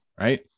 right